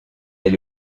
est